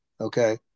okay